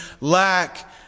lack